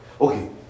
okay